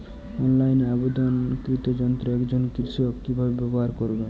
অনলাইনে আমদানীকৃত যন্ত্র একজন কৃষক কিভাবে ব্যবহার করবেন?